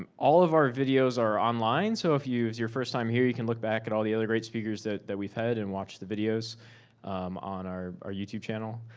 um all of our videos are online, so if you, if it's your first time here, you can look back at all the other great speakers that that we've had, and watch the videos on our our youtube channel.